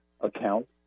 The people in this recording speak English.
account